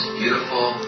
beautiful